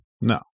no